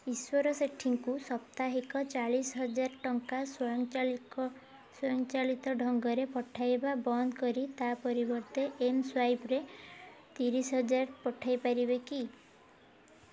ଈଶ୍ୱର ସେଠୀଙ୍କୁ ସାପ୍ତାହିକ ଚାଳିଶି ହଜାର ଟଙ୍କା ସ୍ୱୟଂ ଚାଳିତ ସ୍ୱୟଂ ଚାଳିତ ଢ଼ଙ୍ଗରେ ପଠାଇବା ବନ୍ଦ କରି ତା ପରିବର୍ତ୍ତେ ଏମ୍ସ୍ୱାଇପ୍ରେ ତିରିଶି ହଜାର ପଠାଇପାରିବେ କି